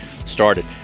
started